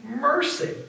mercy